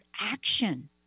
action